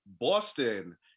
Boston